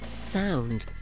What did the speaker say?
sound